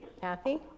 Kathy